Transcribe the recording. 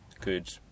good